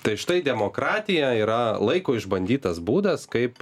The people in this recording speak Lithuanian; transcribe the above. tai štai demokratija yra laiko išbandytas būdas kaip